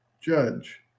judge